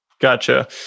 Gotcha